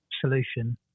solution